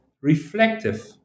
reflective